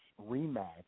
rematch